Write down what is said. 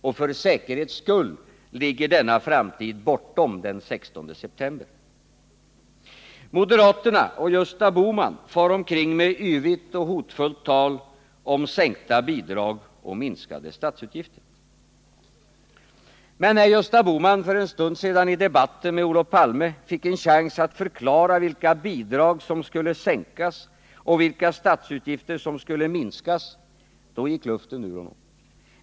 Och för säkerhets skull ligger denna framtid bortom den 16 september. Moderaterna och Gösta Bohman far omkring med yvigt och hotfullt tal om sänkta bidrag och minskade statsutgifter, men när Gösta Bohman för en stund sedan i debatten med Olof Palme fick en chans att förklara vilka bidrag som skulle sänkas och vilka statsutgifter som skulle minskas, då gick luften ur honom.